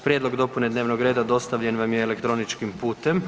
Prijedlog dopune dnevnog reda dostavljen vam je elektroničkim putem.